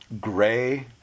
gray